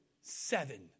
seven